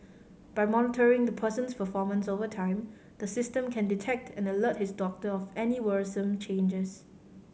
by monitoring the person's performance over time the system can detect and alert his doctor of any worrisome changes